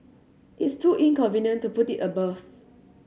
it's too inconvenient to put it above